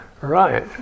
Right